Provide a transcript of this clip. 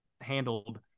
handled